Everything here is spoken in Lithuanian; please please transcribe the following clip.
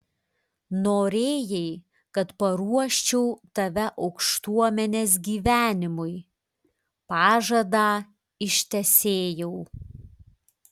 norėjai kad paruoščiau tave aukštuomenės gyvenimui pažadą ištesėjau